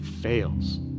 fails